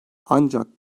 ancak